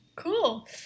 Cool